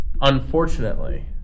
unfortunately